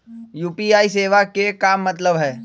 UPI सेवा के का मतलब है?